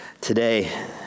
today